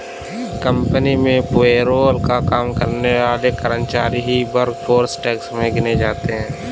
company में payroll पर काम करने वाले कर्मचारी ही वर्कफोर्स टैक्स में गिने जाते है